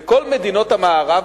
בכל מדינות המערב,